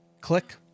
click